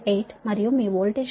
8 మరియు మీ వోల్టేజ్ కోణం 4